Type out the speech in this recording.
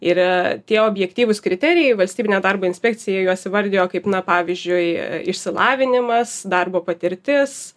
yra tie objektyvūs kriterijai valstybinė darbo inspekcija juos įvardijo kaip na pavyzdžiui išsilavinimas darbo patirtis